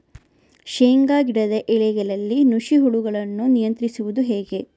ಶೇಂಗಾ ಗಿಡದ ಎಲೆಗಳಲ್ಲಿ ನುಷಿ ಹುಳುಗಳನ್ನು ನಿಯಂತ್ರಿಸುವುದು ಹೇಗೆ?